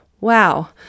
Wow